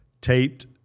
taped